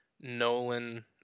Nolan